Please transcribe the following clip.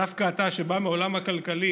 דווקא אתה, שבא מהעולם הכלכלי,